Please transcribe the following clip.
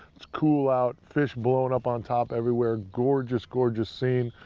it's cool out. fish blowing up on top everywhere. gorgeous, gorgeous scene.